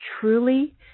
truly